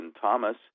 Thomas